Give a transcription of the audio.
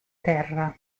terra